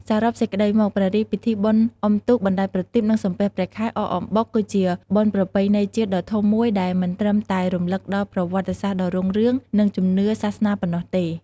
សរុបសេចក្តីមក ព្រះរាជពិធីបុណ្យអុំទូក បណ្ដែតប្រទីប និងសំពះព្រះខែ អកអំបុក គឺជាបុណ្យប្រពៃណីជាតិដ៏ធំមួយដែលមិនត្រឹមតែរំលឹកដល់ប្រវត្តិសាស្ត្រដ៏រុងរឿង និងជំនឿសាសនាប៉ុណ្ណោះទេ។